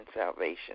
salvation